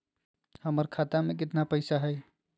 हमर खाता मे केतना पैसा हई?